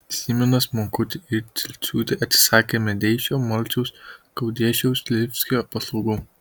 syminas monkutė ir cilciūtė atsisakė medeišio malciaus gaudiešiaus slivskio paslaugų